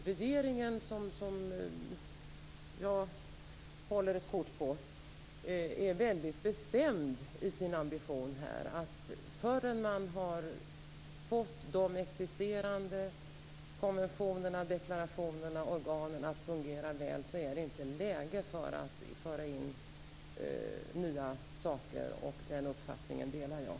Regeringen - som jag håller ett kort på - är väldigt bestämd i sin ambition här, nämligen att innan man har fått de existerande konventionerna, deklarationerna och organen att fungera väl är det inte läge att föra in nya saker. Den uppfattningen delar jag.